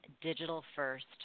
digital-first